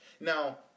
Now